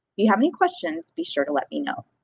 you have any questions, be sure to let me know.